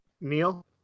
Neil